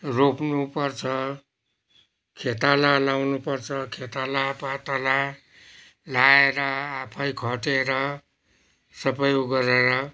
रोप्नुपर्छ खेताला लाउनुपर्छ खेताला पाताला लाएर आफै खटेर सबै उगरेर